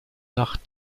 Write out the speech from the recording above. nach